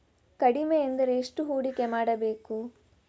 ಕಡಿಮೆ ಎಂದರೆ ಎಷ್ಟು ಹೂಡಿಕೆ ಮಾಡಬೇಕು?